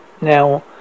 Now